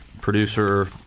producer